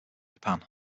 japan